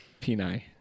Peni